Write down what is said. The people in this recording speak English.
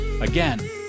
Again